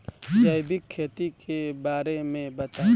जैविक खेती के बारे में बताइ